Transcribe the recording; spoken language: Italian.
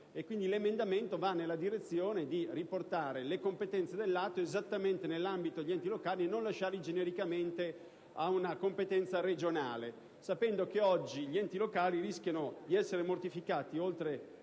l'emendamento va nella direzione di riportare le competenze degli ATO esattamente nell'ambito degli enti locali invece di affidarle genericamente ad una competenza regionale, sapendo che oggi gli enti locali rischiano di essere mortificati, oltre